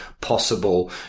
possible